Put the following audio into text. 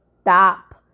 stop